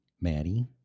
Maddie